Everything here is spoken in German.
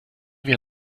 wir